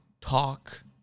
talk